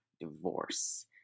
divorce